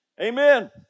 Amen